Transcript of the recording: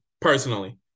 personally